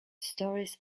stories